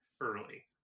early